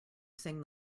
sing